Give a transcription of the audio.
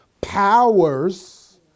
powers